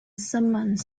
summons